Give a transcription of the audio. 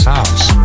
House